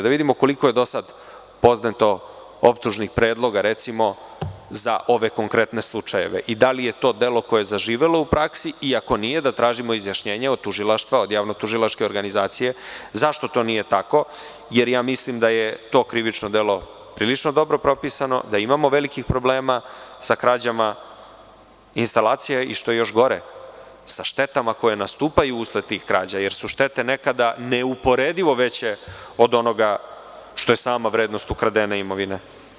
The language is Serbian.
Da vidimo koliko je do sad podneto optužnih predloga, recimo, za ove konkretne slučajeve i da li je to delo koje je zaživelo u praksi i ako nije da tražimo izjašnjenje od tužilaštva, od javno tužilačke organizacije zašto to nije tako, jer ja mislim da je to krivično delo prilično dobro propisano, da imamo velikih problema sa krađama instalacija i što je još gore sa štetama koje nastupaju usled tih krađa, jer su štete nekada neuporedivo veće od onoga što je sama vrednost ukradene imovine.